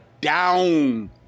down